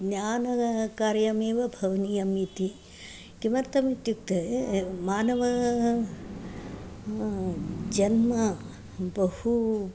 ज्ञानकार्यमेव भवनीयम् इति किमर्थमित्युक्ते मानवजन्मनः बहु